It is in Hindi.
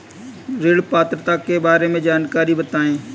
ऋण पात्रता के बारे में जानकारी बताएँ?